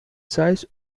size